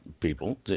people